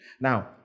now